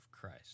Christ